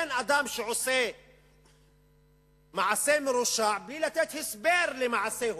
ואין אדם שעושה מעשה מרושע בלי לתת הסבר למעשהו.